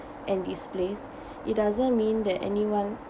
and displays it doesn't mean that anyone